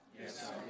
Yes